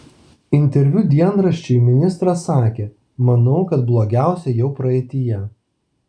interviu dienraščiui ministras sakė manau kad blogiausia jau praeityje